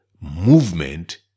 movement